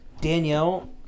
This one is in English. Danielle